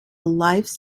life